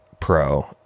pro